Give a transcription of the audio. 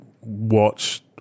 watch